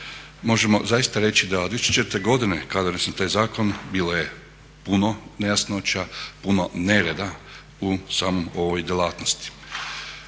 možemo zaista reći da od …/Govornik se ne razumije./… kada je donesen taj zakon, bilo je puno nejasnoća, puno nereda u samoj ovoj djelatnosti.